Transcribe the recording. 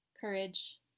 Courage